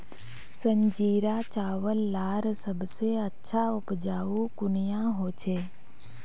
संजीरा चावल लार सबसे अच्छा उपजाऊ कुनियाँ होचए?